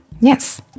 Yes